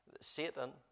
Satan